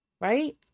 Right